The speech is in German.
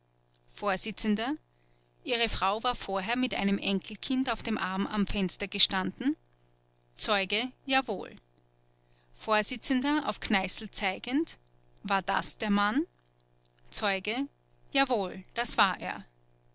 vors ihre frau war vorher mit einem enkelkind auf dem arm am fenster gestanden zeuge jawohl vors auf kneißl zeigend war das der mann zeuge jawohl das war er